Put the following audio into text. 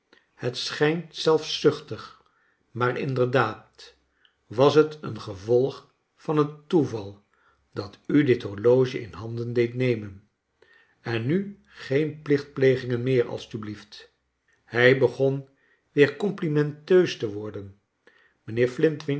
het schijnt zelfzuchtig maar inderdaad was het een gevolg van het toeval dat u dit horloge in handen deed nemen en nu geen plichtplegingen meer alstublieft hij begon weer complimenteus te worden